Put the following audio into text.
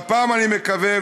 והפעם אני מקווה,